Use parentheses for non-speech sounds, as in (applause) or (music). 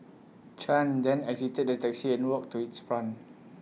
chan then exited the taxi and walked to its front (noise)